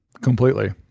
completely